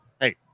hey